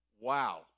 wow